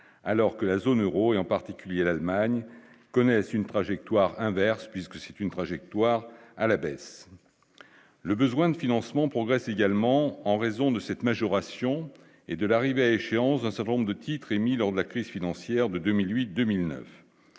alors que la zone Euro et en particulier l'Allemagne connaissent une trajectoire inverse puisque c'est une trajectoire à la baisse, le besoin de financement progresse également en raison de cette majoration et de l'arrivée à échéance d'un certain nombre de titres émis lors de la crise financière de 2008 2009,